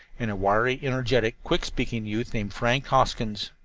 and a wiry, energetic, quick-speaking youth named frank hoskins.